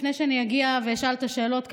לפני שאגיע ואשאל את השאלות,